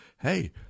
hey